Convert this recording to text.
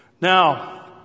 Now